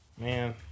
Man